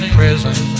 prison